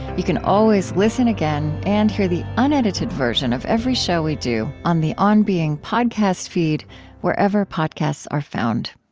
you can always listen again, and hear the unedited version of every show we do on the on being podcast feed wherever podcasts are found